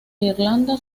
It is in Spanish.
irlanda